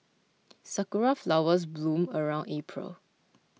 sakura flowers bloom around April